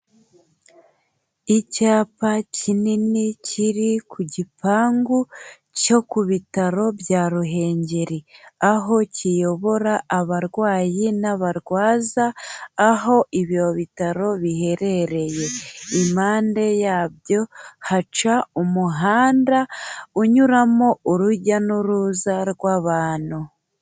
Icyapa kinini kiri ku gipangu cyo ku bitaro bya Ruhengeri, aho kiyobora abarwayi n'abarwaza, aho ibyo bitaro biherereye, impande yabyo haca umuhanda unyuramo urujya n'uruza rw'abantu.